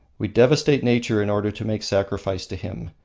we devastate nature in order to make sacrifice to him.